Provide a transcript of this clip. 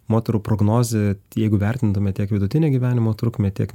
moterų prognozė jeigu vertindami tiek vidutinę gyvenimo trukmę tiek